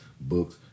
books